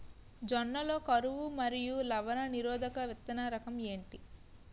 జొన్న లలో కరువు మరియు లవణ నిరోధక విత్తన రకం ఏంటి?